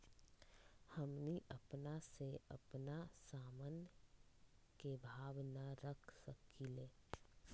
हमनी अपना से अपना सामन के भाव न रख सकींले?